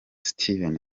stevens